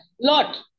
lot